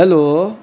hello